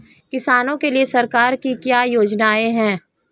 किसानों के लिए सरकार की क्या योजनाएं हैं?